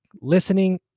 listening